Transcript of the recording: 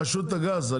רשות הגז,